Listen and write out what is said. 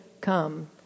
come